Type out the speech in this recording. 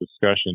discussion